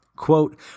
Quote